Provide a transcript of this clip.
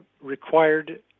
required